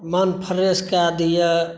मन फ्रेश कए दैया